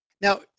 Now